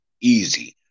Easy